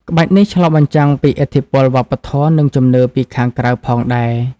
ក្បាច់នេះឆ្លុះបញ្ចាំងពីឥទ្ធិពលវប្បធម៌ និងជំនឿពីខាងក្រៅផងដែរ។